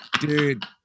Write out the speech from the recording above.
Dude